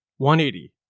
180